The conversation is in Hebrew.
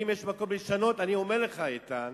ואם יש מקום לשנות, אני אומר לך, איתן,